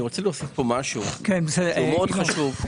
אני רוצה להוסיף משהו מאוד חשוב,